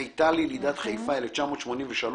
מיטל, ילידת חיפה, 1983,